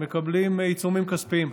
הם מקבלים עיצומים כספיים.